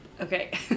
Okay